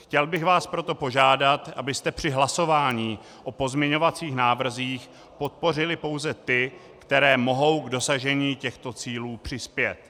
Chtěl bych vás proto požádat, abyste při hlasování o pozměňovacích návrzích podpořili pouze ty, které mohou k dosažení těchto cílů přispět.